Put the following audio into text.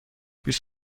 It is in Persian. بیست